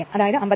അതായത് 57